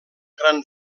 gran